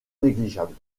négligeable